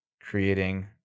creating